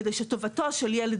כדי שטובתו של ילד